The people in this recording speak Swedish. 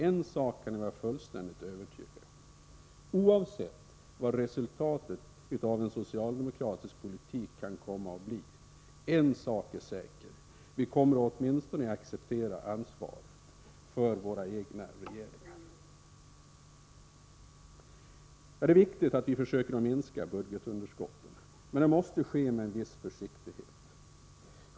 En sak kan ni vara fullständigt övertygade om — oavsett vad resultatet av en socialdemokratisk politik kan komma att bli kommer vi åtminstone att acceptera ansvaret för våra egna regeringar; den saken är säker. Det är viktigt att vi försöker att minska budgetunderskotten. Men det måste ske med en viss försiktighet.